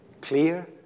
clear